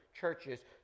churches